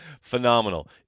phenomenal